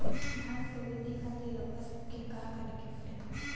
धान क वृद्धि खातिर रउआ सबके का करे के पड़ी?